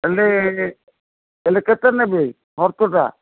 ହେଲେ ହେଲେ କେତେ ନେବେ ହର୍ତଟା